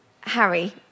Harry